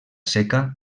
seca